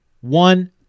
One